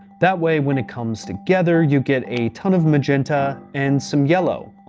that way, when it comes together, you get a ton of magenta and some yellow.